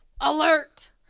Alert